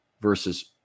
versus